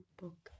book